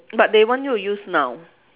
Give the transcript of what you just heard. but they want you to use noun